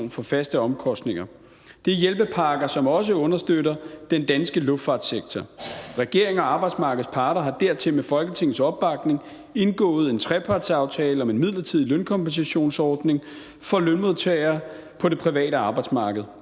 for faste omkostninger. Det er hjælpepakker, som også understøtter den danske luftfartssektor. Regeringen og arbejdsmarkedets parter har dertil med Folketingets opbakning indgået en trepartsaftale om en midlertidig lønkompensationsordning for lønmodtagere på det private arbejdsmarked;